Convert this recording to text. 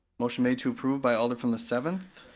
motion made to approve by alder from the seventh.